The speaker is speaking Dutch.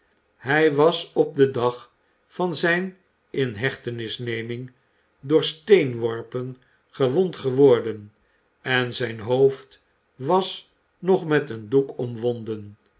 hij was op den dag van zijne inhechtenisneming door steenworpen gewond geworden en zijn hoofd was nog met een doek omwonden